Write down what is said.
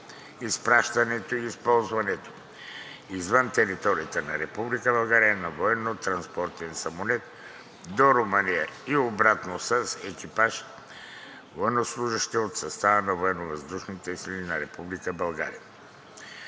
изпращането и използването извън територията на Република България на военно-транспортен самолет до Румъния и обратно с екипаж военнослужещи от състава на Военновъздушните